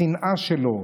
השנאה שלו